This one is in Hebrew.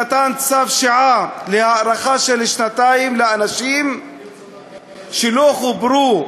שנתן הוראת שעה להארכה של שנתיים לאנשים שלא חוברו